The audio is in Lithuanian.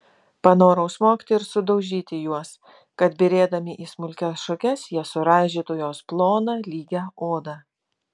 panorau smogti ir sudaužyti juos kad byrėdami į smulkias šukes jie suraižytų jos ploną lygią odą